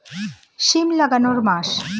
সিম লাগানোর মাস?